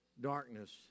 darkness